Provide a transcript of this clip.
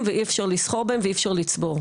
ואי אפשר לסחור בהם ואי אפשר לצבור.